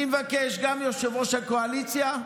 אני מבקש גם מיושב-ראש הקואליציה,